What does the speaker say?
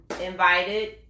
invited